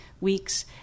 weeks